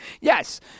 yes